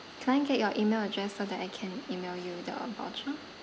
can I get your email address so that I can email you the voucher